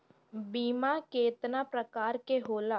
बीमा केतना प्रकार के होला?